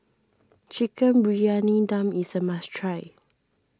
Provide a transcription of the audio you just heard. Chicken Briyani Dum is a must try